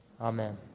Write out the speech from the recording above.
Amen